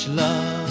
love